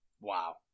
Wow